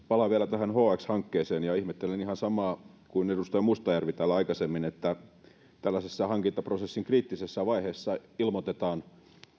palaan vielä tähän hx hankkeeseen ja ihmettelen ihan samaa kuin edustaja mustajärvi täällä aikaisemmin että tällaisessa hankintaprosessin kriittisessä vaiheessa ilmoitetaan